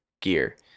gear